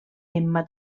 emma